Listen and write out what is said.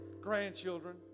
grandchildren